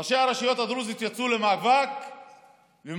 ראשי הרשויות הדרוזיות יצאו למאבק עיקש